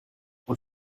und